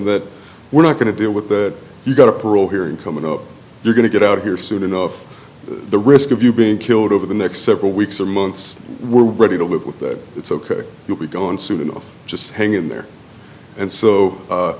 that we're not going to deal with that you've got a parole hearing coming up you're going to get out of here soon enough the risk of you being killed over the next several weeks or months we're ready to live with that it's ok you'll be gone soon and just hang in there and so